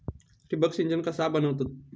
ठिबक सिंचन कसा बनवतत?